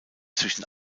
zwischen